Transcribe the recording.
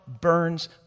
burns